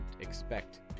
expect